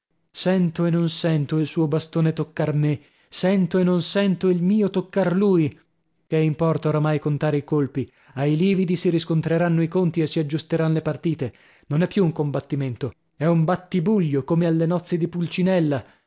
sento e non sento il suo bastone toccar me sento e non sento il mio toccar lui che importa oramai contare i colpi ai lividi si riscontreranno i conti e si aggiusteran le partite non è più un combattimento è un battibuglio come alle nozze di pulcinella